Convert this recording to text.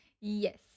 Yes